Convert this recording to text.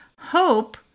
Hope